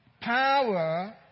Power